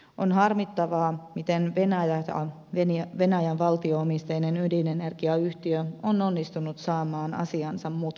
on harmittavaa miten venäjä ja venäjän valtio omisteinen ydinenergiayhtiö on onnistunut saamaan asiansa mutkalle